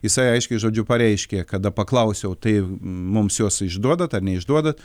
jisai aiškiai žodžiu pareiškė kada paklausiau tai mums juos išduodat ar neišduodat